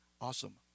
Awesome